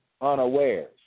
unawares